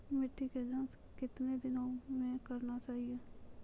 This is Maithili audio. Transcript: मिट्टी की जाँच कितने दिनों मे करना चाहिए?